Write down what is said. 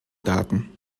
daten